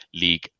league